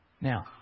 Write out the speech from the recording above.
Now